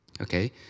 Okay